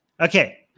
Okay